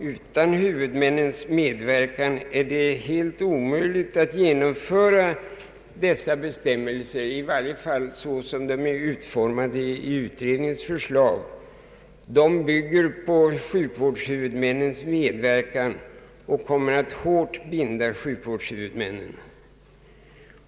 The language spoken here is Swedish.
Utan huvudmännens medverkan är det helt omöjligt att genomföra dessa bestämmelser, i varje fall så som de är utformade i utredningens förslag. De bygger på sjukvårdshuvudmännens medverkan och kommer hårt att binda dem.